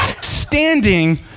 Standing